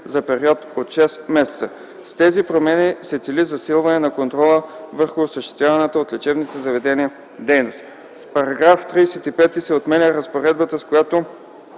за период от шест месеца. С тези промени се цели засилване на контрола върху осъществяваната от лечебните заведения дейност. С § 35 се отменя разпоредбата, според